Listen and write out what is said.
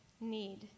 need